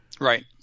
right